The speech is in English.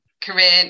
career